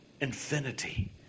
infinity